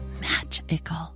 magical